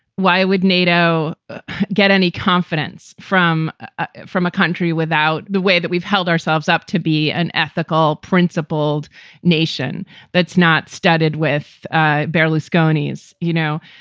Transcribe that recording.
why would nato get any confidence from from a country without the way that we've held ourselves up to be an ethical, principled nation that's not started with ah barely skinny's, you know?